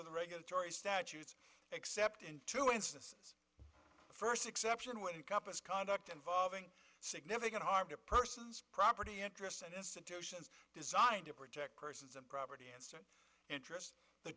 of the regulatory statutes except in two instance first exception when couples conduct involving significant harm to persons property interests and institutions designed to protect persons and property and so interest the